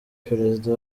perezida